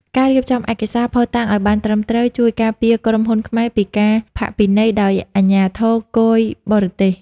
ការរៀបចំឯកសារភស្តុតាងឱ្យបានត្រឹមត្រូវ ជួយការពារក្រុមហ៊ុនខ្មែរពីការផាកពិន័យដោយអាជ្ញាធរគយបរទេស។